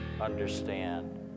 understand